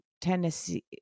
Tennessee